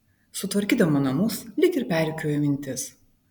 sutvarkydama namus lyg ir perrikiuoju mintis